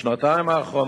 השנה אף חודדו ההנחיות,